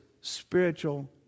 spiritual